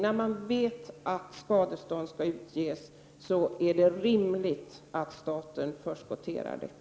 När man vet att skadestånd skall utges är det rimligt att staten förskotterar detta.